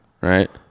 Right